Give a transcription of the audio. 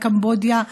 בקמבודיה,